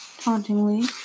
tauntingly